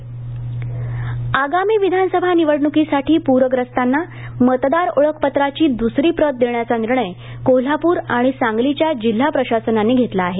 परस्ताना ओळखपत्र आगामी विधानसभा निवडणुकीसाठी पूर्यस्तांना मतदार ओळखपत्राची दुसरी प्रत देण्याचा निर्णय कोल्हापूर आणि सांगलीच्या जिल्हा प्रशासनांनी घेतला आहे